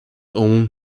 own